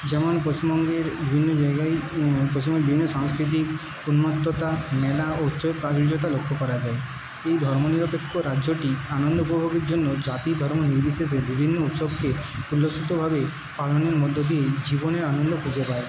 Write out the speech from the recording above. যেমন পশ্চিমবঙ্গের বিভিন্ন জায়গায় পশ্চিমবঙ্গের বিভিন্ন সাংস্কৃতিক উন্মত্ততা মেলা লক্ষ্য করা যায় এই ধর্ম নিরপেক্ষ রাজ্যটি আনন্দ প্রভাবের জন্য জাতি ধর্ম নির্বিশেষে বিভিন্ন উৎসবকে উল্লাসিতভাবে পালনের মধ্যে দিয়ে জীবনের আনন্দ খুঁজে পায়